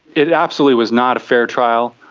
it absolutely was not a fair trial.